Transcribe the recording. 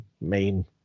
main